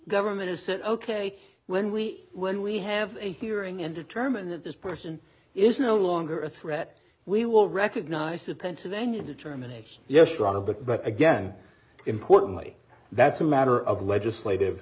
government has said ok when we when we have a hearing and determine that this person is no longer a threat we will recognize that pennsylvania determination yes strong a bit but again importantly that's a matter of legislative